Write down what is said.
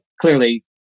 clearly